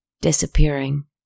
disappearing